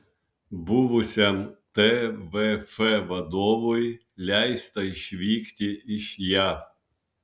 buvusiam tvf vadovui leista išvykti iš jav